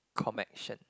comaction